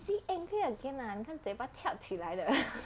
see angry again ah 你看嘴巴翘起来了